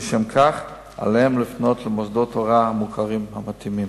ולשם כך עליהם לפנות למוסדות ההוראה המוכרים המתאימים.